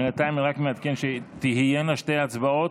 בינתיים אני רק מעדכן שתהיינה שתי הצבעות,